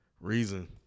Reason